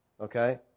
Okay